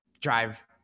drive